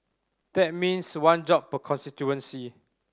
that means one job per constituency